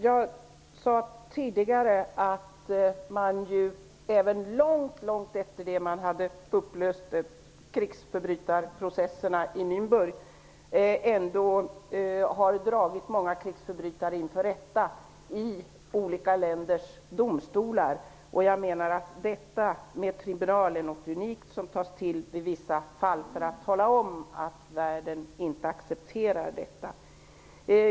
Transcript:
Jag sade tidigare att man även långt efter det att krigsförbrytarprocesserna i Nürnberg hade avslutats har ställt många krigsförbrytare inför rätta i olika länders domstolar. Detta med tribunal är någonting unikt som man tar till i vissa fall för att tala om att världen inte accepterar krigsförbrytelser.